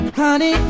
honey